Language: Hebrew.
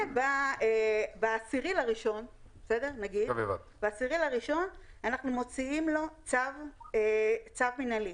וב-10 בינואר אנחנו מוציאים לו צו מינהלי.